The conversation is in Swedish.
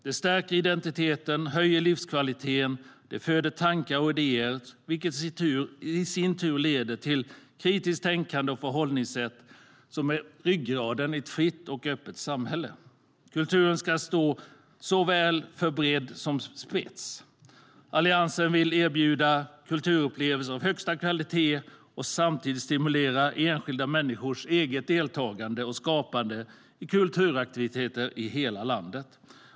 Det stärker identiteten och höjer livskvaliteten, och det föder tankar och idéer, vilket i sin tur leder till kritiskt tänkande och förhållningssätt som är ryggraden i ett fritt och öppet samhälle. Kulturen ska stå för såväl bredd som spets. Alliansen vill erbjuda kulturupplevelser av högsta kvalitet och samtidigt stimulera enskilda människors eget deltagande och skapande i kulturaktiviteter i hela landet.